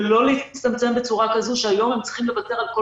ולא להצטמצם בצורה כזו שהיום הם צריכים לוותר על כל